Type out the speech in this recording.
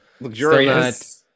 Luxurious